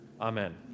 Amen